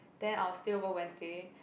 then I will stay over Wednesday